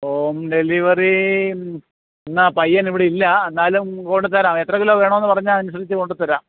home delivery ഇന്ന് ആ പയ്യൻ ഇവിടെ ഇല്ല എന്നാലും കൊണ്ടുത്തരാം എത്ര കിലോ വേണമെന്ന് പറഞ്ഞാൽ അതിന് അനുസരിച്ച് കൊണ്ടു തരാം